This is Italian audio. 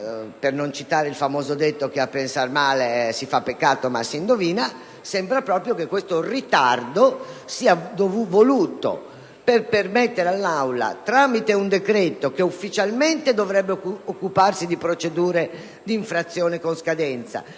per non citare il famoso detto che a pensar male si fa peccato, ma si indovina - sembra proprio che questo ritardo sia voluto per permettere all'Aula, tramite un decreto-legge che ufficialmente dovrebbe occuparsi di procedure di infrazione che prevedono